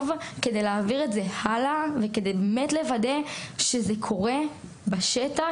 כדי להעביר את זה הלאה וכדי באמת לוודא שזה קורה בשטח.